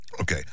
Okay